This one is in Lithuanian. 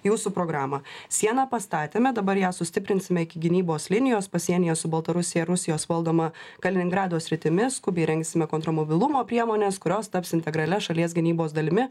jūsų programą sieną pastatėme dabar ją sustiprinsime iki gynybos linijos pasienyje su baltarusija rusijos valdoma kaliningrado sritimi skubiai įrengsime kontramobilumo priemones kurios taps integralia šalies gynybos dalimi